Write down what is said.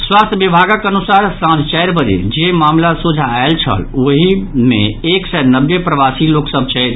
स्वास्थ्य विभाग अनुसार सांझ चारि बजे जे मामिला सोंझा आयल छल ओहि मेएक सय नबे प्रबासी लोकसभ छथि